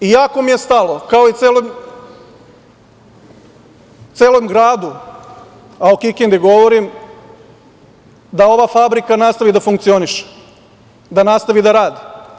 Jako mi je stalo kao i celom gradu, a o Kikindi govorim, da ova fabrika nastavi da funkcioniše, da nastavi da radi.